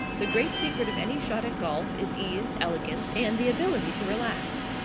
the great secret of any shot at golf is ease, elegance, and the ability to relax.